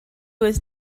was